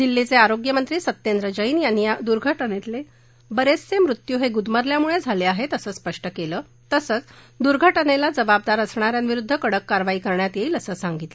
दिल्लीचे आरोग्यमंत्री सत्येंद्र जैन यांनी या दुर्घटनेतले बरेचसे मृत्यू हे गुदमरल्यामुळे झाले आहेत असं स्पष्ट केलं तसंच या दुघटनेला जबाबदार असणा यांविरुद्ध कडक कारवाई करण्यात येईलअसं सांगितलं